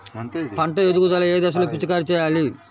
పంట ఎదుగుదల ఏ దశలో పిచికారీ చేయాలి?